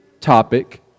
topic